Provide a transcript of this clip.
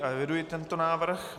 Eviduji tento návrh.